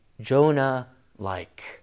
Jonah-like